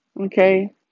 okay